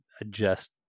adjust